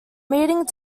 meeting